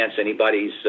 anybody's